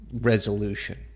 resolution